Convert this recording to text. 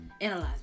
Analyze